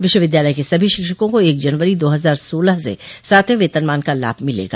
विश्वविद्यालय के सभी शिक्षकों को एक जनवरी दो हजार सोलह से सातवें वेतनमान का लाभ मिलेगा